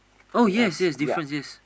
oh yes yes difference yes